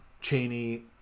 cheney